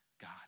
God